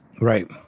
Right